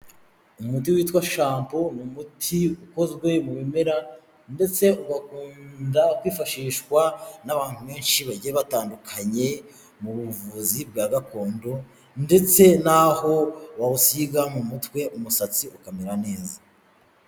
Umuti witwa shampo ni umuti ukozwe mu bimera ndetse ugakunda kwifashishwa n'abantu benshi bagiye batandukanye mu buvuzi bwa gakondo ndetse nho bawusiga mu mutwe umusatsi ukamera neza.